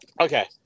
Okay